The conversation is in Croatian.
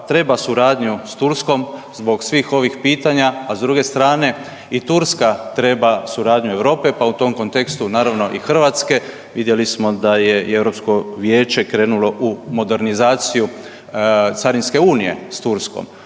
treba suradnju s Turskom zbog svih ovih pitanja, a s druge strane i Turska treba suradnju Europe, pa u tom kontekstu naravno i Hrvatske. Vidjeli smo da je i Europsko vijeće krenulo u modernizaciju carinske unije s Turskom.